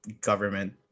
government